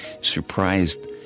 surprised